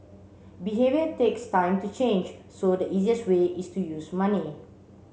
behaviour takes time to change so the easiest way is to use money